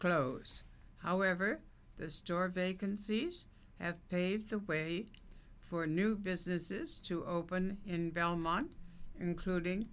close however the store vacancies have paved the way for new businesses to open in belmont including